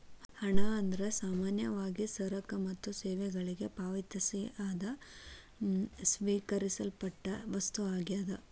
ಹಣ ಅಂದ್ರ ಸಾಮಾನ್ಯವಾಗಿ ಸರಕ ಮತ್ತ ಸೇವೆಗಳಿಗೆ ಪಾವತಿಯಾಗಿ ಸ್ವೇಕರಿಸಲ್ಪಟ್ಟ ವಸ್ತು ಆಗ್ಯಾದ